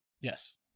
Yes